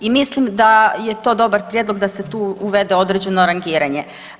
I mislim da je to dobar prijedlog da se tu uvede određeno rangiranje.